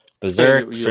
Berserk